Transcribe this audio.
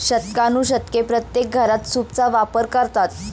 शतकानुशतके प्रत्येक घरात सूपचा वापर करतात